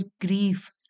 grief